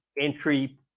entry